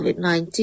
COVID-19